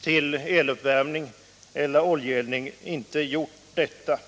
till eluppvärmning eller oljeeldning inte gjort det.